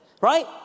right